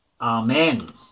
Amen